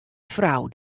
frou